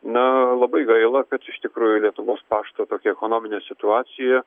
na labai gaila kad iš tikrųjų lietuvos pašto tokia ekonominė situacija